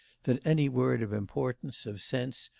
that any word of importance, of sense,